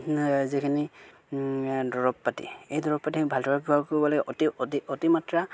যিখিনি দৰৱ পাতি এই দৰৱ পাতিখিনি ভালদৰে ব্যৱহাৰ কৰিব লাগে অতি অতি অতিমাত্ৰা